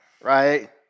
right